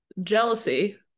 jealousy